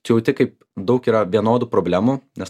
tu jauti kaip daug yra vienodų problemų nes